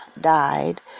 died